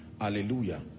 hallelujah